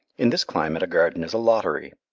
in this climate a garden is a lottery,